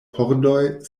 pordoj